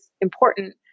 important